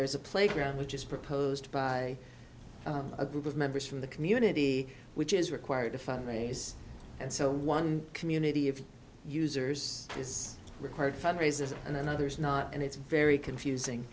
there's a playground which is proposed by a group of members from the community which is required to fundraise and so one community of users is required fundraisers and others not and it's very confusing